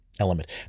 element